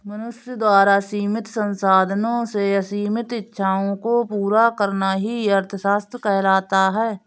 मनुष्य द्वारा सीमित संसाधनों से असीमित इच्छाओं को पूरा करना ही अर्थशास्त्र कहलाता है